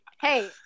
hey